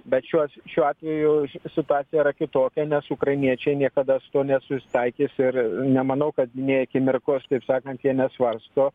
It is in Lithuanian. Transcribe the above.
bet šiuos šiuo atveju situacija yra kitokia nes ukrainiečiai niekada su tuo nesusitaikys ir nemanau kad nė akimirkos taip sakant jie nesvarsto